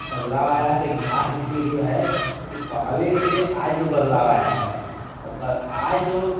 बदलाव आया है तो इतिहास इसलिए भी वो है कि पहले से आज जो बदलाव आया है त आज जो